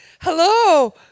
hello